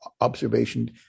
observation